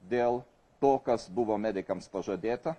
dėl to kas buvo medikams pažadėta